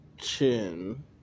Chin